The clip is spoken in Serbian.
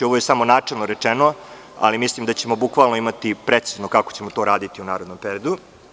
Ovo je samo načelno rečeno, ali mislim da ćemo bukvalno imati precizno kako ćemo to raditi u narednom periodu.